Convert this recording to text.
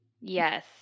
Yes